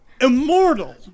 immortal